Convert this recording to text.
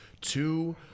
two